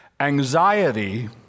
Anxiety